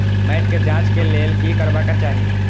मैट के जांच के लेल कि करबाक चाही?